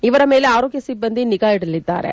ಇವರ ಮೇಲೆ ಆರೋಗ್ಯ ಸಿಬ್ಬಂದಿ ನಿಗಾ ಇಡಲಿದ್ದಾರೆ